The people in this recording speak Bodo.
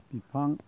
बिफां